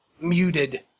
muted